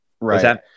Right